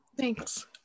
Thanks